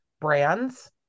brands